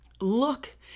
Look